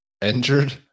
injured